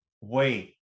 wait